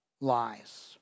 lies